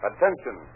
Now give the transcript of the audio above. Attention